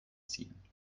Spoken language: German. ziehen